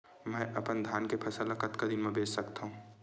मैं अपन धान के फसल ल कतका दिन म बेच सकथो?